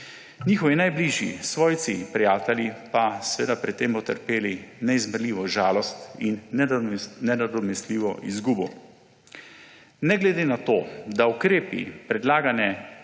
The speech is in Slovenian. njihovi najbližji, svojci in prijatelji pa seveda pri tem utrpeli neizmerljivo žalost in nenadomestljivo izgubo. Ne glede na to, da ukrepi predlagane